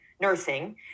Nursing